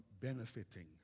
benefiting